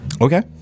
Okay